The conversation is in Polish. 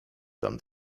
tam